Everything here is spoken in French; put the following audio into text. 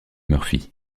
murphy